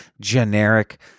generic